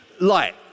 light